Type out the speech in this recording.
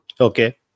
Okay